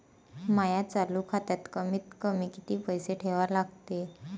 माया चालू खात्यात कमीत कमी किती पैसे ठेवा लागते?